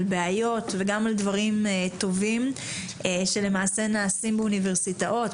על בעיות וגם על דברים טובים שנעשים באוניברסיטאות,